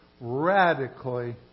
radically